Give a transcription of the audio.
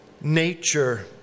nature